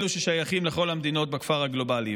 אלו ששייכים לכל המדינות בכפר הגלובלי.